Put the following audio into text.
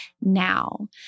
now